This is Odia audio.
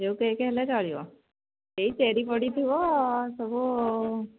ଯେଉଁ କେକ୍ ହେଲେ ଚଳିବ ଏହି ଚେରି ପଡ଼ିଥିବ ସବୁ